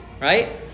Right